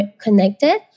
connected